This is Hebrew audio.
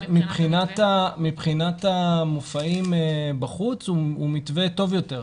מבחינת המופעים בחוץ הוא מתווה טוב יותר.